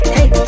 Hey